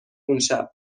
اونشب